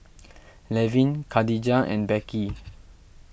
Levin Khadijah and Becky